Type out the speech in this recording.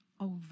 over